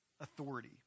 authority